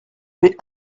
vais